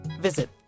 visit